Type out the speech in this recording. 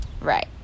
Right